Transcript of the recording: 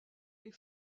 les